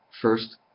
first